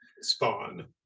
spawn